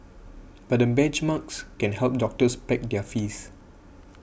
but the benchmarks can help doctors peg their fees